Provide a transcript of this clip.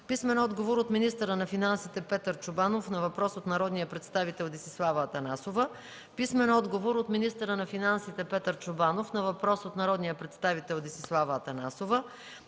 Атанасова; - от министъра на финансите Петър Чобанов на въпрос от народния представител Десислава Атанасова; - от министъра на финансите Петър Чобанов на въпрос от народния представител Десислава Атанасова;